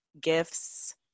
gifts